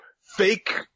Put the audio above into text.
fake